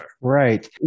Right